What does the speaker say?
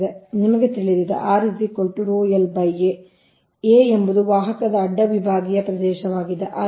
ನಮಗೆ ತಿಳಿದಿದೆ ಸಮಯವನ್ನು ಉಲ್ಲೇಖಿಸಿ 1559 a ಎಂಬುದು ವಾಹಕದ ಅಡ್ಡ ವಿಭಾಗೀಯ ಪ್ರದೇಶವಾಗಿದೆ